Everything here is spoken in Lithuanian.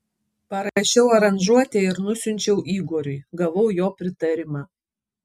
parašiau aranžuotę ir nusiunčiau igoriui gavau jo pritarimą